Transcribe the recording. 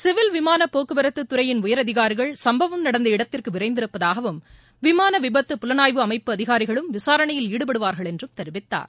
civil விமானப் போக்குவரத்து துறையின் உயரதிகாரிகள் சம்பவம் நடந்த இடத்திற்கு விரைந்திருப்பதாகவும் விமான விபத்து புலனாய்வு அமைப்பு அதிகாரிகளும் விசாரணையில் ஈடுபடுவார்கள் என்றும் தெரிவித்தார்